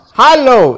hello